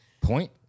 Point